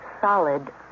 Solid